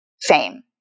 fame